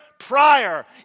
prior